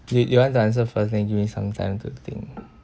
you you want to answer first then give me some time to think eh